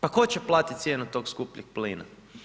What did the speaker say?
Pa tko će platiti cijenu tog skupljeg plina?